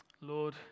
Lord